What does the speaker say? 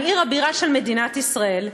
עיר הבירה של מדינת ישראל,